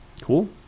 cool